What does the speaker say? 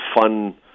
fun